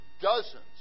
dozens